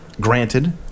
granted